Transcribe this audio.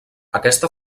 aquesta